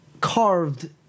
carved